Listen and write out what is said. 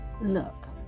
look